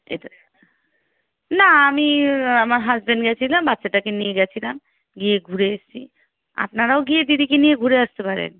এটা না আমি আমার হাসবেন্ড গিয়েছিলাম বাচ্চাটাকে নিয়ে গিয়েছিলাম গিয়ে ঘুরে এসছি আপনারাও গিয়ে দিদিকে নিয়ে ঘুরে আসতে পারেন